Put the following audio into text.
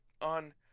on